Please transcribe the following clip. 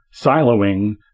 siloing